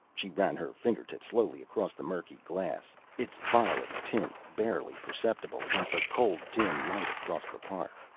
she ran her fingertip slowly across the murky glass, its violet tint barely perceptible against a cold dim light across the park.